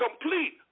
complete